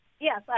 Yes